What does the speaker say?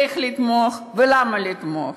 איך לתמוך ולמה לתמוך.